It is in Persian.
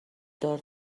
دار